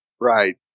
Right